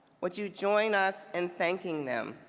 would you join us in thanking them.